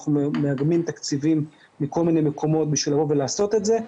אנחנו מאגמים תקציבים מכל מיני מקומות בשביל לעשות את זה.